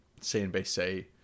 CNBC